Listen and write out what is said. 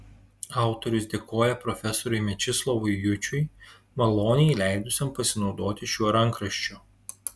autorius dėkoja profesoriui mečislovui jučui maloniai leidusiam pasinaudoti šiuo rankraščiu